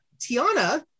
Tiana